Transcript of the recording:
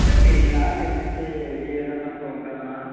అంటే పెళ్ళా లేదంటే ఏదైనా ప్రోగ్రామా